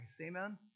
Amen